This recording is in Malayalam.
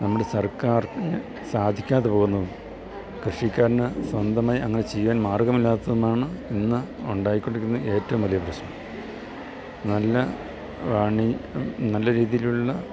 നമ്മുടെ സർക്കാർ സാധിക്കാതെ പോകുന്നത് കൃഷിക്കാരനു സ്വന്തമായി അങ്ങനെ ചെയ്യുവാൻ മാർഗ്ഗമില്ലാത്തതുമാണ് ഇന്ന് ഉണ്ടായിക്കൊണ്ടിരിന്ന ഏറ്റവും വലിയ പ്രശ്നം നല്ല വാണി നല്ല രീതിയിലുള്ള